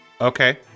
okay